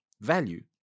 value